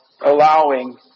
allowing